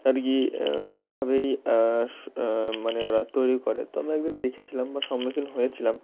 আর কি এভাবেই সু মানে ওরা তৈরি করে তো আমি একদিন দেখেছিলাম বা সম্মুখীন হয়েছিলাম